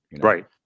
Right